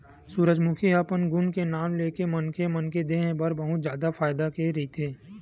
सूरजमूखी ह अपन गुन के नांव लेके मनखे मन के देहे बर बहुत जादा फायदा के रहिथे